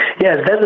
Yes